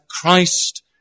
Christ